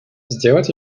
сделать